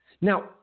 Now